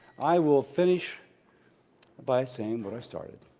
i will finish by saying what i started.